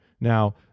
Now